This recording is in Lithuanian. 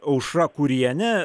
aušra kuriene